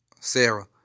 Sarah